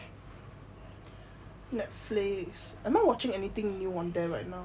netflix am I watching anything new on there right now